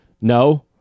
no